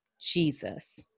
Jesus